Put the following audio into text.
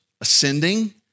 ascending